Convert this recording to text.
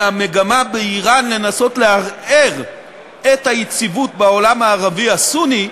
מהמגמה באיראן לנסות לערער את היציבות בעולם הערבי הסוני,